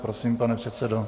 Prosím, pane předsedo.